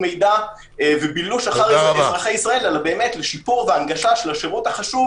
מידע ובילוש אחר אזרחי ישראל אלא באמת לשיפור והנגשה של השירות החשוב